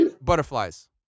Butterflies